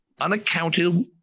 Unaccountable